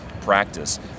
practice